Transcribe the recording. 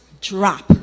drop